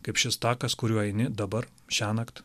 kaip šis takas kuriuo eini dabar šiąnakt